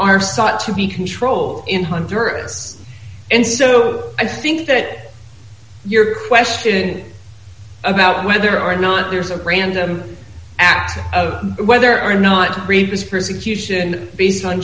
are sought to be controlled in hunter s and so i think that your question about whether or not there's a random act of whether or not to breed is persecution based on